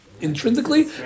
intrinsically